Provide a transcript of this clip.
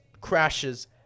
crashes